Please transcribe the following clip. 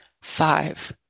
Five